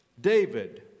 David